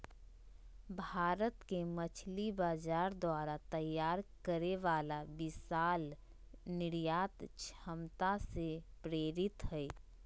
भारत के मछली बाजार द्वारा तैयार करे वाला विशाल निर्यात क्षमता से प्रेरित हइ